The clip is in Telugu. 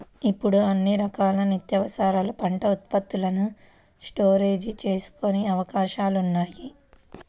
ఇప్పుడు అన్ని రకాల నిత్యావసరాల పంట ఉత్పత్తులను స్టోరేజీ చేసుకునే అవకాశాలున్నాయి